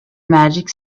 magic